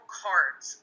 cards